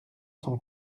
cent